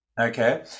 Okay